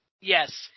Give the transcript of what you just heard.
Yes